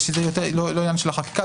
שזה לא עניין של החשכ"ל,